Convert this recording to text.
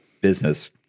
business